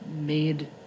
made